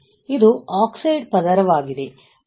ಇದು ಆಕ್ಸೈಡ್ ಪದರವಾಗಿದೆ